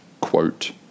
quote